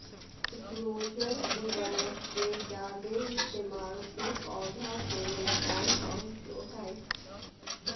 nitrogen उर्वरक के जादे इस्तेमाल से पौधा के नुकसान पहुंचो हय